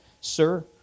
Sir